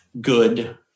good